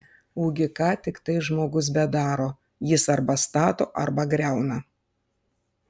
ugi ką tiktai žmogus bedaro jis arba stato arba griauna